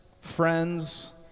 friends